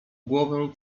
głowę